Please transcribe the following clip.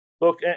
Look